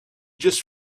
just